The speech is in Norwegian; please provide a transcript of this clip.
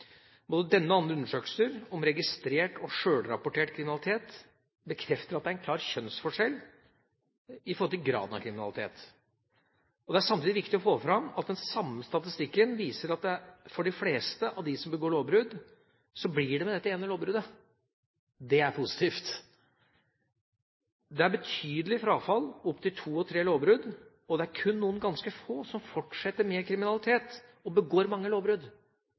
Både denne og andre undersøkelser om registrert og sjølrapportert kriminalitet bekrefter at det er en klar kjønnsforskjell i forhold til graden av kriminalitet. Det er samtidig viktig å få fram at den samme statistikken viser at for de fleste av dem som begår lovbrudd, blir det med dette ene lovbruddet. Det er positivt. Det er betydelig frafall opp til to og tre lovbrudd, og det er kun noen ganske få som fortsetter med kriminalitet og begår mange lovbrudd,